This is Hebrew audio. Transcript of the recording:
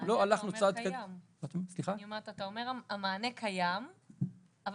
לא הלכנו צעד --- אתה אומר שהמענה קיים אבל